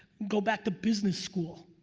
go back to business school.